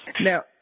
Now